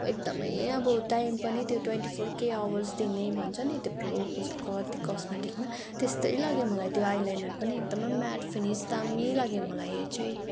एकदमै अब टाइम पनि त्यो ट्वेन्टी फोर के आवर्स् दिने भन्छ नि त्यो प्रो कति कस्मेटिक्समा त्यस्तै लाग्यो मलाई त्यो आई लाइनर पनि एकदमै म्याट फिनिस दामी लाग्यो मलाई यो चाहिँ